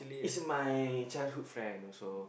is my childhood friend so